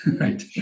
Right